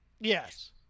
Yes